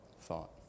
thought